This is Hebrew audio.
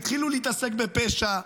התחילו להתעסק בפשע,